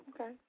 Okay